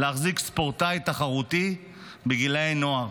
להחזיק ספורטאי תחרותי בגילאי נוער.